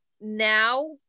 now